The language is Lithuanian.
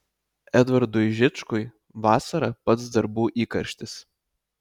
edvardui žičkui vasara pats darbų įkarštis